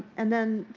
and then,